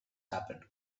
happen